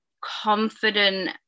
confident